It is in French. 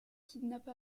kidnappe